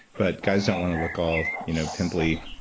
but guys don't want to look all you know pimply,